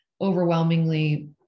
overwhelmingly